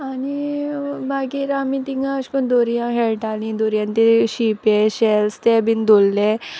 आनी मागीर आमी तिंगा अेश कोन्न दोर्यां हेळटालीं दोर्यान ते शिंपे शेल्स ते बीन धोल्ले